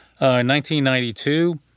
1992